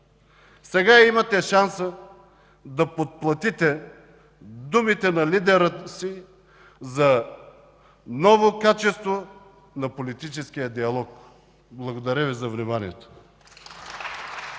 Сега имате шанса да подплатите думите на лидера си за ново качество на политическия диалог. Благодаря Ви за вниманието.